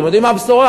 אתם יודעים מה הבשורה?